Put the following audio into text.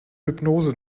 hypnose